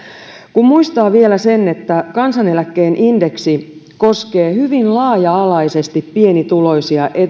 kun muistaa vielä sen että kansaneläkkeen indeksi koskee hyvin laaja alaisesti pienituloisia